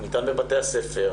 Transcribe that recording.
הוא ניתן בבתי הספר,